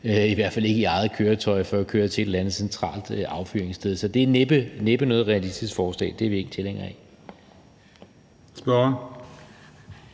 i hvert fald ikke i eget køretøj – for at køre til et eller andet centralt affyringssted. Så det er næppe noget realistisk forslag. Det er vi ikke tilhængere af.